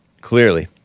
Clearly